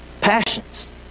Passions